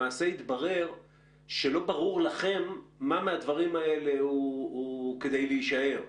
למעשה התברר שלא ברור לכם מה מהדברים האלה הוא כדי להישאר.